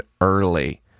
early